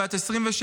בת 27,